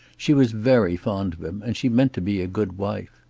she was very fond of him, and she meant to be a good wife.